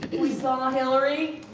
we saw hilary?